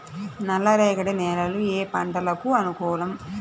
నల్లరేగడి నేలలు ఏ పంటలకు అనుకూలం?